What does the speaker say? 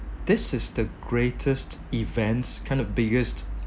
this is the greatest events kind of biggest